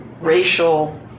racial